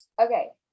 Okay